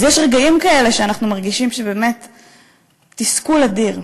אז יש רגעים כאלה שאנחנו מרגישים תסכול אדיר.